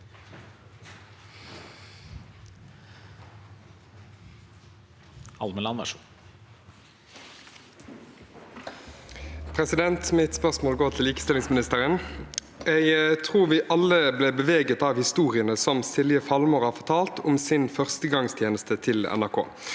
Mitt spørsmål går til likestillingsministeren. Jeg tror vi alle ble beveget av historiene som Silje Falmår har fortalt om sin førstegangstjeneste til NRK.